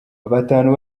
batanu